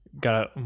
Got